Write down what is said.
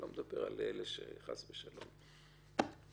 אני לא מדבר על אלה, שחס ושלום --- בסדר.